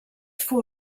for